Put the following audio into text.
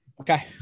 Okay